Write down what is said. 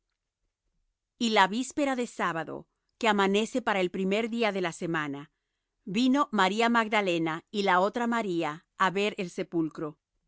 y la víspera de sábado que amanece para el primer día de la semana vino maría magdalena y la otra maría á ver el sepulcro